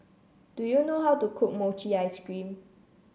do you know how to cook Mochi Ice Cream